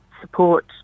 support